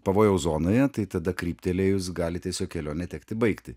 pavojaus zonoje tai tada kryptelėjus gali tiesiog kelionę tekti baigti